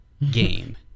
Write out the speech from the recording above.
game